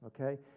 okay